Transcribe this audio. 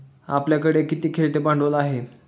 आपल्याकडे किती खेळते भांडवल आहे?